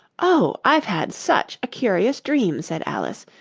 oh, i've had such a curious dream said alice,